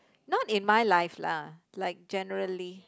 not in my life lah like generally